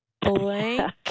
Blank